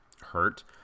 hurt